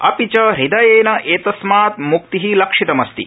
अपि च हृदयेन एतस्मात् मुक्तिः लक्षितमस्ति